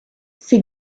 ces